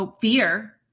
fear